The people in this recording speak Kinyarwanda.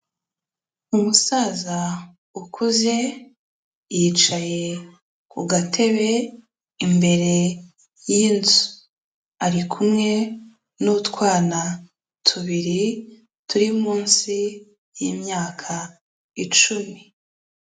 Umusaza ukuze yicaye ku gatebe imbere y'inzu, ari kumwe n'utwana tubiri turi munsi y'imyaka icumi.